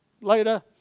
later